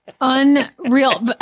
Unreal